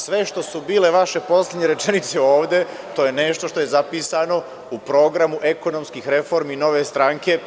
Sve što su bile vaše poslednje rečenice ovde, to je nešto što je zapisano u programu ekonomskih reformi Nove stranke.